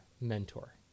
mentor